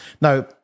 Now